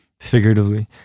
figuratively